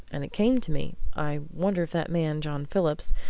and it came to me i wonder if that man, john phillips,